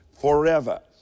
forever